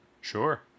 Sure